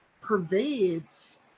pervades